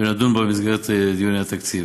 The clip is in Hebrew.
ונדון בה במסגרת דיוני התקציב.